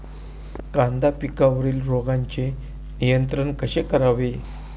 कांदा पिकावरील रोगांचे नियंत्रण कसे करावे?